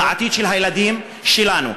בעתיד של הילדים שלנו.